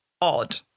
odd